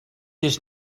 does